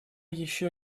еще